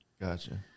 Gotcha